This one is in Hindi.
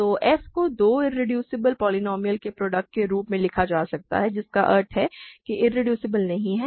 तो f को दो इरेड्यूसिबल पोलीनोमिअल के प्रोडक्ट के रूप में लिखा जा सकता है जिसका अर्थ है कि यह इरेड्यूसिबल नहीं है